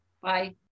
Bye